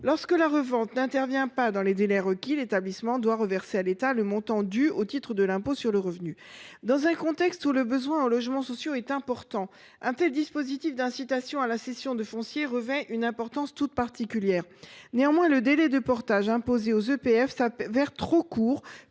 Lorsque la revente n’intervient pas dans les délais requis, l’établissement doit reverser à l’État le montant dû au titre de l’impôt sur le revenu. Dans un contexte où le besoin de logements sociaux est criant, un tel dispositif d’incitation à la cession de foncier revêt une importance toute particulière. Le délai de portage imposé aux EPF est toutefois trop court